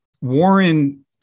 Warren